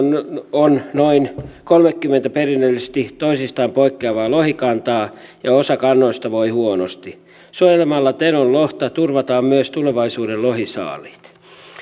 on noin kolmekymmentä perinnöllisesti toisistaan poikkeavaa lohikantaa ja osa kannoista voi huonosti suojelemalla tenon lohta turvataan myös tulevaisuuden lohisaaliit